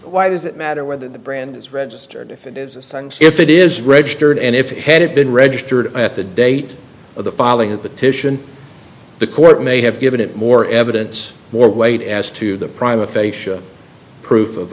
why does it matter whether the brand is registered if it is assigned if it is registered and if it had been registered at the date of the filing at the titian the court may have given it more evidence more weight as to the private facia proof of